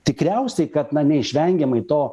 tikriausiai kad na neišvengiamai to